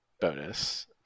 bonus